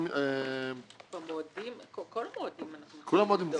כל המועדים פתוחים.